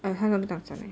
ah 他不大讲 eh